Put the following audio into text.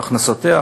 והכנסותיה,